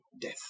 death